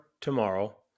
tomorrow